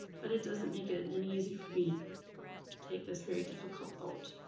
but it doesn't make it any easier for me to take this very difficult vote.